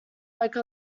like